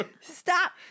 Stop